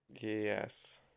yes